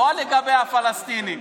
לא לגבי הפלסטינים.